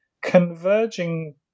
converging